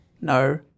no